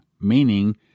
meaning